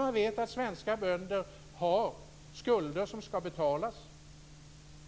Man vet att svenska bönder har skulder som skall betalas